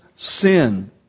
Sin